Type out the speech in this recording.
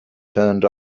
turned